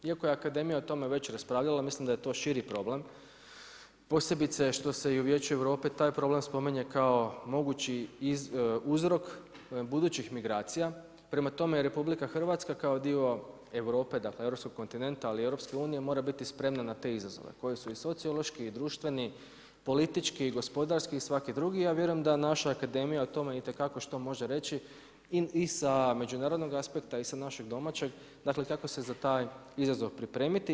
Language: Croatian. Iako je akademija o tome već raspravljala, mislim da je to šiti problem, posebice što se i u Vijeću Europe taj problem spominje kao mogući uzrok budućih migracija, prema tome RH kao dio Europe, dakle, Europskog kontinenta ali i EU-a, mora biti spremna na te izazove koji su sociološki i društveni, politički, gospodarski, svaki drugi, ja vjerujem da naša akademija o tome itekako može što reći, i sa međunarodnog aspekta i sa našeg domaćeg, dakle kako se za taj izazov pripremiti.